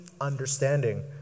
understanding